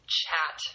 chat